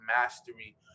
mastery